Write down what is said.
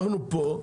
אנחנו פה,